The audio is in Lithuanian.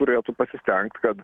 turėtų pasistengt kad